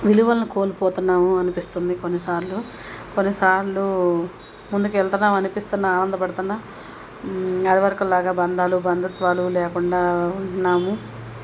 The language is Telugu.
విలువలని కోల్పోతున్నాము అనిపిస్తుంది కొన్నిసార్లు కొన్నిసార్లు ముందుకు వెళ్తున్నామ అనిపిస్తున్నా ఆనందపడుతున్నా అదివరకులాగ బంధాలు బంధుత్వాలు లేకుండా ఉంటున్నాము